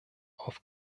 auf